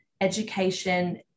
education